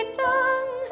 done